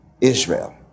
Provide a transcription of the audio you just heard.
Israel